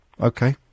Okay